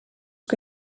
que